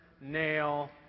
nail